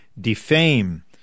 defame